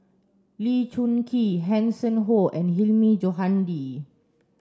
Lee Choon Kee Hanson Ho and Hilmi Johandi